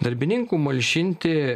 darbininkų malšinti